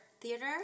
theater